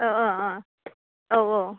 औ औ अ औ औ